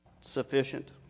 sufficient